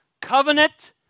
covenant